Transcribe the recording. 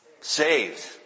saved